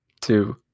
two